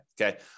okay